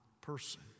person